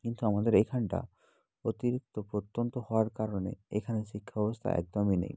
কিন্তু আমাদের এখানটা অতিরিক্ত প্রত্যন্ত হওয়ার কারণে এখানে শিক্ষাব্যবস্থা একদমই নেই